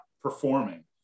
performing